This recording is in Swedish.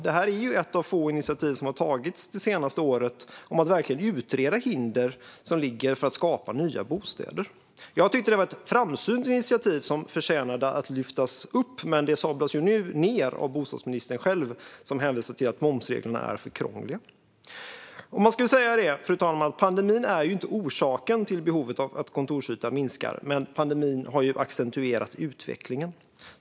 Detta är ju ett av få initiativ som har tagits det senaste året för att utreda hinder som finns för att skapa nya bostäder. Jag tyckte att det var ett framsynt initiativ som förtjänade att lyftas upp. Nu sablas det dock ned av bostadsministern själv, som hänvisar till att momsreglerna är för krångliga. Man ska säga, fru talman, att pandemin inte är orsaken till att behovet av kontorsyta minskar, men pandemin har accentuerat utvecklingen.